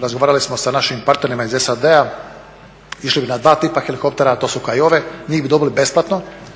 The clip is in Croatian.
Razgovarali smo sa našim partnerima iz SAD-a, išli bi na dva tipa helikoptera, to su …, njih bi dobili besplatno,